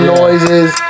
noises